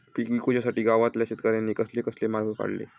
पीक विकुच्यासाठी गावातल्या शेतकऱ्यांनी कसले कसले मार्ग काढले?